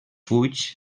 fulls